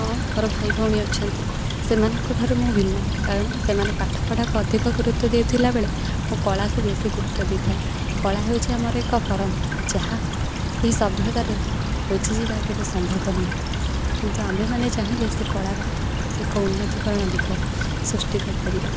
ହଁ ମୋର ଭାଇ ଭଉଣୀ ଅଛନ୍ତି ସେମାନଙ୍କଠାରୁ ମୁଁ ଭିନ୍ନ କାରଣ ସେମାନେ ପାଠପଢ଼ାକୁ ଅଧିକ ଗୁରୁତ୍ୱ ଦେଉଥିଲା ବେଳେ ମୁଁ କଳାକୁ ବେଶୀ ଗୁରୁତ୍ୱ ଦେଇଥାଏ କଳା ହେଉଛି ଆମର ଏକ ପରମ୍ପରା ଯାହା ଏହି ସଭ୍ୟତାରେ ଲୁଚିଯିବା କେବେ ସମ୍ଭବ ନୁହେଁ କିନ୍ତୁ ଆମ୍ଭେମାନେ ଚାହିଁଲେ ସେ କଳାର ଏକ ଉନ୍ନତିକରଣ ଦିଗ ସୃଷ୍ଟି କରିପାରିବା